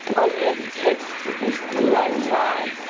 oh, andy k went on vacation at the right time.